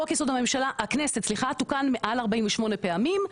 חוק יסוד הכנסת תוקן מעל 48 פעמים,